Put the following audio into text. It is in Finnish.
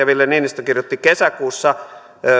ville niinistö kirjoitti kesäkuussa